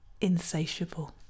insatiable